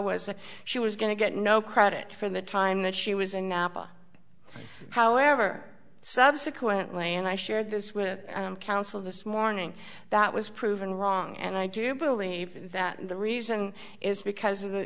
that she was going to get no credit for the time that she was in napa however subsequently and i shared this with counsel this morning that was proven wrong and i do believe that the reason is because of the